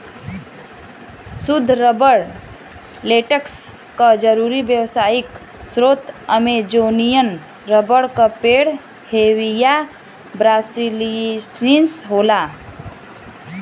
सुद्ध rubber latex क जरुरी व्यावसायिक स्रोत अमेजोनियन रबर क पेड़ हेविया ब्रासिलिएन्सिस होला